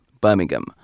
Birmingham